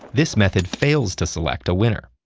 this method fails to select a winner.